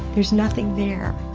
there's nothing there,